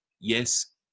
Yes